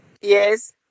Yes